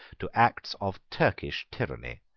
to acts of turkish tyranny,